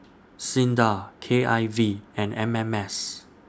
SINDA K I V and M M S